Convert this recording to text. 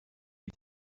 you